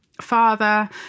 father